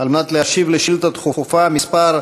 על מנת להשיב על שאילתה דחופה מס'